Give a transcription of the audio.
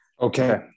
Okay